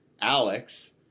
Alex